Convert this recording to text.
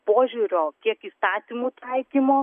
požiūrio tiek įstatymų taikymo